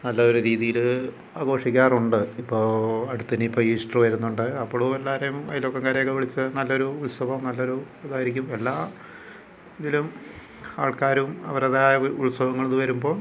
നല്ല ഒരു രീതിയിൽ ആഘോഷിക്കാറുണ്ട് ഇപ്പോൾ അടുത്തന്നെ ഇപ്പം ഈസ്റ്ററ് വരുന്നുണ്ട് അപ്പളും എല്ലാരേം അയിലോക്കക്കാരെ ഒക്കെ വിളിച്ച് നല്ലൊരു ഉത്സവം നല്ലൊരു ഇതായിരിക്കും എല്ലാ ഇതിലും ആൾക്കാരും അവരുടെതായ ഉത്സവങ്ങളിത് വരുമ്പോൾ